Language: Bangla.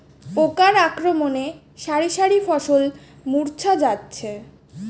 পোকার আক্রমণে শারি শারি ফসল মূর্ছা যাচ্ছে